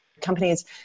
Companies